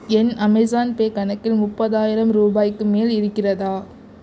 என் Amazon Pay கணக்கில் முப்பதாயிரம் ரூபாய்க்கு மேல் இருக்கிறதா